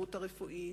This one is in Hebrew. ההסתדרות הרפואית,